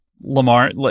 Lamar